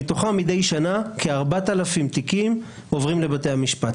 שמתוכם מדי שנה כ-4000 תיקים עוברים לבית המשפט,